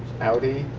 audi,